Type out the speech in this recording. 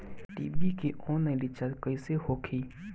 TV के online recharge कैसे होखी?